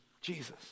Jesus